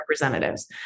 representatives